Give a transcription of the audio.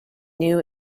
new